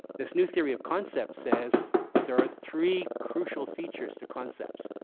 this new theory of concepts says that there are three crucial features to concepts,